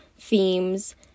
themes